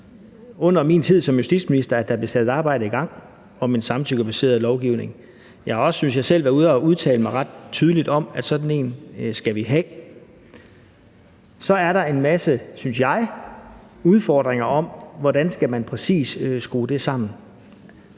var i min tid som justitsminister, at der blev sat et arbejde i gang om en samtykkebaseret lovgivning. Jeg har også, synes jeg selv, været ude at udtale mig ret tydeligt om, at sådan en skal vi have. Så er der en masse, synes jeg, udfordringer i forhold til, hvordan man præcis skal skrue det sammen,